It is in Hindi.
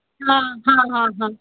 हाँ हाँ हाँ हाँ